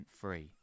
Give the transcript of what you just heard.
free